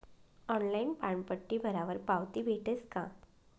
Online पानपट्टी भरावर पावती भेटस का?